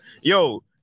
Yo